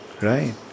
Right